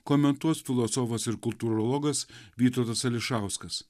komentuos filosofas ir kultūrologas vytautas ališauskas